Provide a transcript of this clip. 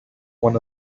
when